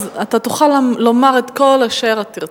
אז אתה תוכל לומר את כל אשר תרצה.